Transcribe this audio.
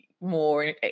more